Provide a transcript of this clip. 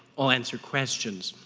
i'll answer questions.